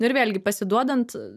nu ir vėlgi pasiduodant